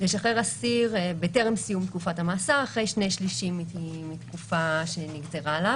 לשחרר אסיר בטרם סיום תקופת המאסר אחרי שני שלישים מהתקופה שנגזרה עליו,